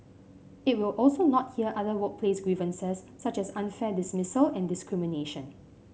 it will also not hear other workplace grievances such as unfair dismissal and discrimination